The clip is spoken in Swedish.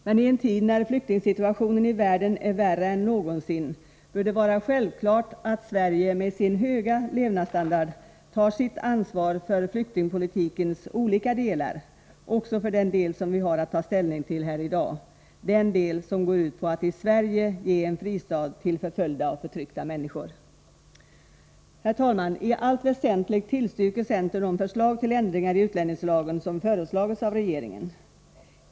I en tid när flyktingsituationen i världen är värre än någonsin bör det vara självklart att Sverige med sin höga levnadsstandard tar sitt ansvar för flyktingpolitikens olika delar — också för den del som vi har att ta ställning till i dag, den del som går ut på att i Sverige ge en fristad till förföljda och förtryckta människor. Herr talman! I allt väsentligt tillstyrker centern de förslag till ändringar i utlänningslagen som föreslagits av regeringen.